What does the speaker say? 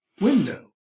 window